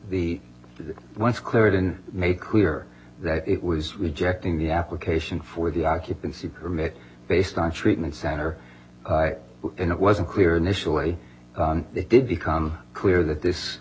it once clear it in made clear that it was rejecting the application for the occupancy permit based on treatment center and it was unclear initially they did become clear that this